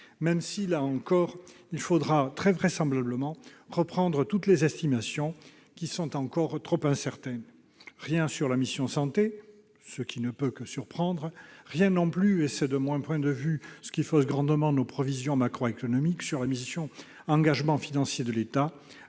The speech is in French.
même si, là encore, il faudra très vraisemblablement reprendre toutes les estimations encore trop incertaines. Rien sur la mission « Santé », ce qui ne peut que surprendre. Rien non plus, ce qui fausse grandement nos prévisions macroéconomiques selon moi, sur la mission « Engagements financiers de l'État